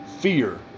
fear